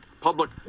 public